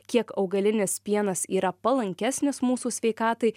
kiek augalinis pienas yra palankesnis mūsų sveikatai